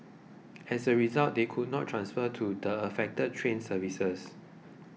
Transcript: as a result they could not transfer to the affected train services